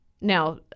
Now